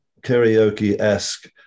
karaoke-esque